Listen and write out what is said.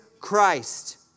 Christ